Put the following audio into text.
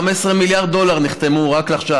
15 מיליארד דולר נחתמו רק עכשיו.